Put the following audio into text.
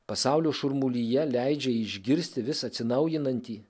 pasaulio šurmulyje leidžia išgirsti vis atsinaujinantį